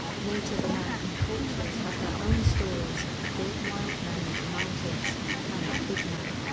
native american cultures have their own stories of the big wild men of the mountains and the big man.